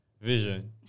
vision